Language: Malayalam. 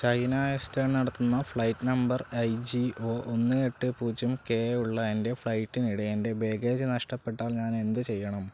ചൈന ഈസ്റ്റേർൻ നടത്തുന്ന flight number I G O ഒന്ന് എട്ട് പൂജ്യം കെ ഉള്ള എൻ്റെ ഫ്ലൈറ്റിനിടെ എൻ്റെ ബാഗേജ് നഷ്ടപ്പെട്ടാൽ ഞാൻ എന്തുചെയ്യണം